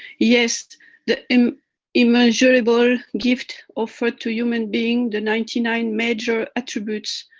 yes the um immeasurable gift offered to human beings the ninety nine major attributes.